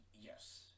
Yes